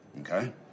okay